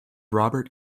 robert